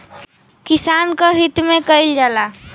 किसान क हित में कईल जाला